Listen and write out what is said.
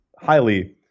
highly